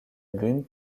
lune